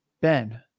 Ben